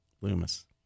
Loomis